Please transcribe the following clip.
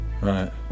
right